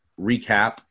recap